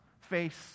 face